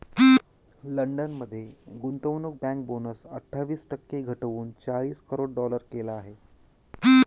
London मध्ये गुंतवणूक bank bonus अठ्ठावीस टक्के घटवून चाळीस करोड डॉलर केला आहे